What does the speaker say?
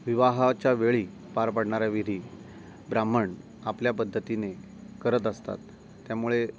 विवाहाच्या वेळी पार पडणाऱ्या विधी ब्राह्मण आपल्या पद्धतीने करत असतात त्यामुळे